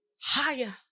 higher